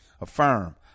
affirm